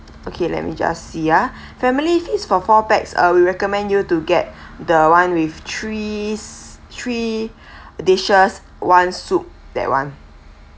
okay let me just see ah families this for four pax ah we recommend you to get the one with three three dishes one soup that one